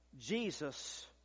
Jesus